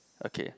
okay